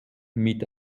mit